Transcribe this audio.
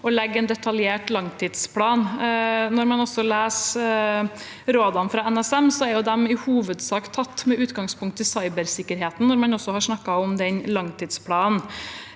å legge en detaljert langtidsplan. Rådene fra NSM er også i hovedsak tatt med utgangspunkt i cybersikkerheten når man har snakket om den langtidsplanen.